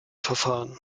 verfahren